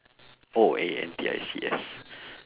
oh A N T I C S